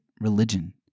religion